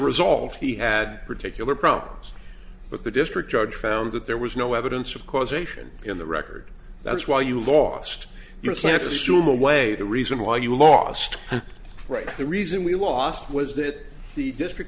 result he had particular problems but the district judge found that there was no evidence of causation in the record that's why you lost your santa shula way the reason why you lost right the reason we lost was that the district